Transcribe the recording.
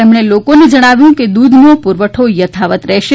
તેમણે લોકોને જણાવ્યું કે દૂધનો પુરવઠો યથાવત રહેશે